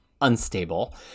unstable